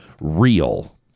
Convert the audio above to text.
real